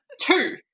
Two